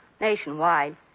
nationwide